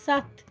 سَتھ